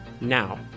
Now